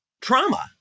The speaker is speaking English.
trauma